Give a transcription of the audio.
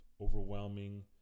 overwhelming